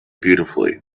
beautifully